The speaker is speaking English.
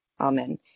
Amen